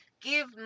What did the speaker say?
give